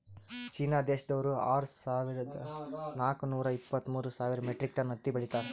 China ದೇಶ್ದವ್ರು ಆರ್ ಸಾವಿರದಾ ನಾಕ್ ನೂರಾ ಇಪ್ಪತ್ತ್ಮೂರ್ ಸಾವಿರ್ ಮೆಟ್ರಿಕ್ ಟನ್ ಹತ್ತಿ ಬೆಳೀತಾರ್